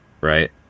right